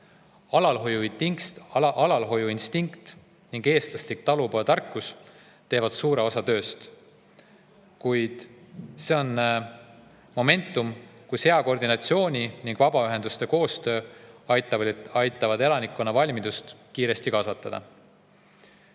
Alalhoiuinstinkt ning eestlaslik talupojatarkus teevad ära suure osa tööst. Kuid see on momentum, kui hea koordinatsiooni ning vabaühenduste koostöö aitavad elanikkonna valmidust kiiresti kasvatada.